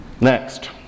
Next